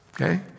okay